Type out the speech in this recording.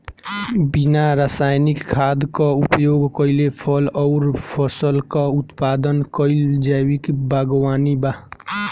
बिना रासायनिक खाद क उपयोग कइले फल अउर फसल क उत्पादन कइल जैविक बागवानी बा